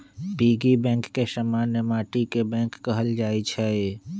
piggy bank के समान्य माटिके बैंक कहल जाइ छइ